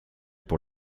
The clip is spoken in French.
pour